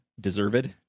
deserved